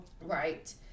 Right